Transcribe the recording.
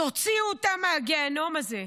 תוציאו אותם מהגיהינום הזה.